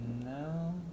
no